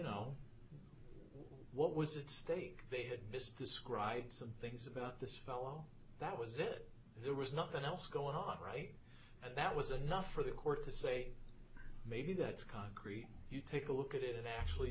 know what was it stating they had just described some things about this fellow that was it there was nothing else going on right and that was enough for the court to say maybe that's concrete you take a look at it actually